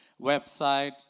website